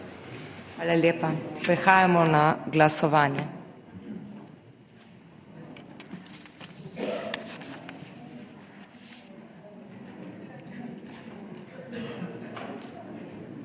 Hvala lepa. Prehajamo na glasovanje.